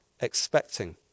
expecting